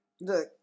Look